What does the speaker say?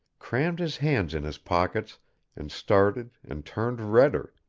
crammed his hands in his pockets and started and turned redder,